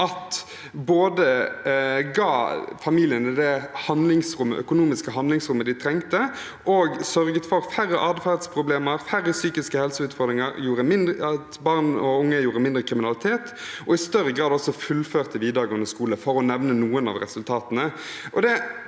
at familiene fikk det økonomiske handlingsrommet de trengte, at det sørget for færre atferdsproblemer og færre psykiske helseutfordringer og at barn og unge begikk mindre kriminalitet og i større grad også fullførte videregående skole, for å nevne noen av resultatene.